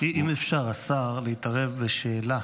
אם אפשר, השר, להתערב בשאלה: